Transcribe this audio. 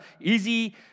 easy